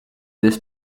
this